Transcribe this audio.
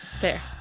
fair